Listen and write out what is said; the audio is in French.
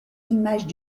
images